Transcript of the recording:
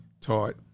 taught